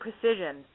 precision